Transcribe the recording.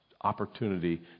opportunity